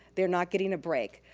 they're not getting a break.